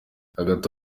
hagati